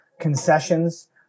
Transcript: concessions